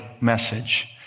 message